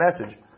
message